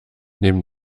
neben